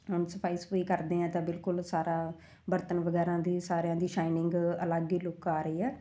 ਹੁਣ ਸਫਾਈ ਸਫੂਈ ਕਰਦੇ ਹਾਂ ਤਾਂ ਬਿਲਕੁਲ ਸਾਰਾ ਬਰਤਨ ਵਗੈਰਾ ਦੀ ਸਾਰਿਆਂ ਦੀ ਸਾਈਨਿੰਗ ਅਲੱਗ ਹੀ ਲੁੱਕ ਆ ਰਹੀ ਆ